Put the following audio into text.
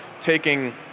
taking